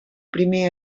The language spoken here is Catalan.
primer